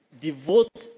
devote